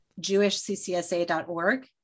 jewishccsa.org